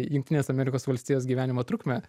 jungtines amerikos valstijas gyvenimo trukme